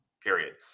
period